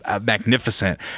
magnificent